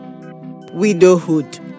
widowhood